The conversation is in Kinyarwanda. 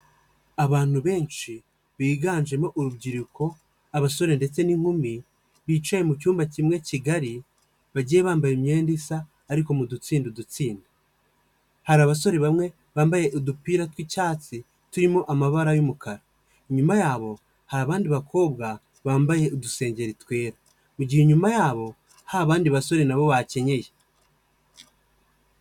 Abantu benshi biganjemo urubyiruko abasore ndetse n'inkumi ,bicaye mucyumba kimwe kigali ,bagiye bambaye imyenda isa ariko mu dutsinda udutsinda, hari abasore bamwe bambaye udupira tw'icyatsi turimo amabara y'umukara, inyuma yabo hari abandi bakobwa bambaye udusengeri twera, mu gihe inyuma yabo hari abandi basore nabo bakenyeye.